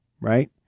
right